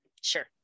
sure